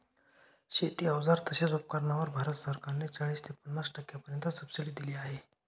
शेती अवजार तसेच उपकरणांवर भारत सरकार ने चाळीस ते पन्नास टक्क्यांपर्यंत सबसिडी दिली आहे